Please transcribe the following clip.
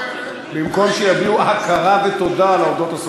במקום שיביעו הכרה ותודה לעובדות הסוציאליות.